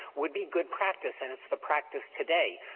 would be good practice and it's the practice today.